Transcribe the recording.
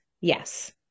Yes